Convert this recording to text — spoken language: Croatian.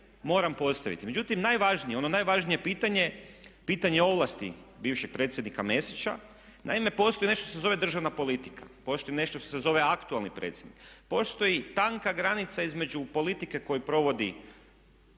moram postaviti. Međutim, najvažnije, ono najvažnije pitanje, pitanje ovlasti bivšeg predsjednika Mesića. Naime, postoji nešto što se zove državna politika, postoji nešto što se zove aktualni predsjednik, postoji tanka granica između politike koju provodi